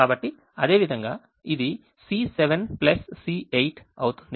కాబట్టి అదేవిధంగా ఇది C7 C8 అవుతుంది